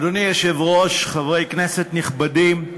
אדוני היושב-ראש, חברי כנסת נכבדים,